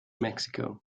mexico